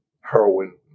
heroin